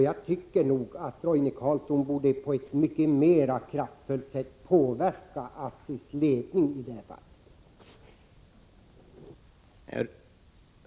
Jag tycker nog att Roine Carlsson på ett mera kraftfullt sätt borde påverka ASSI:s ledning i detta fall.